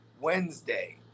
Wednesday